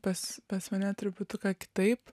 pas pas mane truputuką kitaip